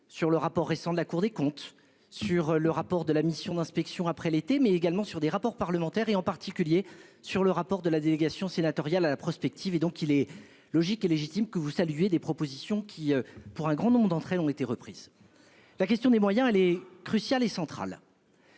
sur le rapport récent de la Cour des comptes sur le rapport de la mission d'inspection après l'été, mais également sur des rapports parlementaires et en particulier sur le rapport de la délégation sénatoriale à la prospective et donc il est logique et légitime que vous saluez des propositions qui, pour un grand nombre d'entre elles ont été reprises. La question des moyens, elle est crucial et.